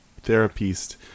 therapist